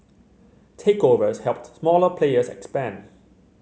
takeovers helped smaller players expand